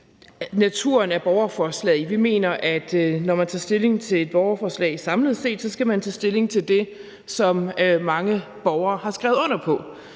naturen af borgerforslaget. Vi mener, at når man tager stilling til et borgerforslag samlet set, skal man tage stilling til det, som mange borgere har skrevet under på,